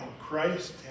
Christ